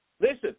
Listen